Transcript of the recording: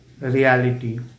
reality